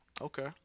Okay